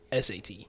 SAT